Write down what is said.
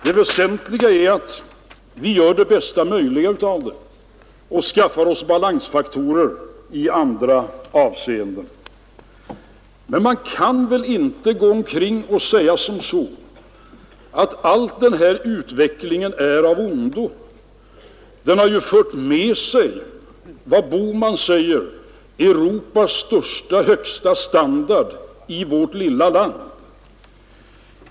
Det väsentliga är att vi gör det bästa möjliga av situationen och på något sätt söker skapa balans gentemot påfrestningarna. Men man kan väl inte säga att all denna utveckling är av ondo. Den har ju fört med sig — som herr Bohman säger — att vårt lilla land har Europas högsta standard.